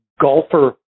golfer